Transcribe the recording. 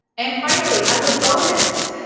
and finally, as a bonus,